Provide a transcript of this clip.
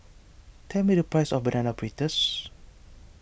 tell me the price of Banana Fritters